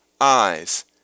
eyes